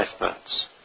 lifeboats